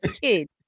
kids